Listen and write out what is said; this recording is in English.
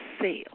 sale